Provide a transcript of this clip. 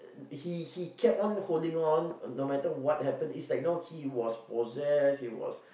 he he kept on holding on no matter what happened it's like you know he was possessed he was